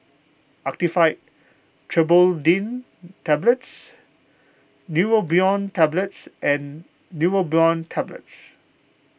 Actifed Triprolidine Tablets Neurobion Tablets and Neurobion Tablets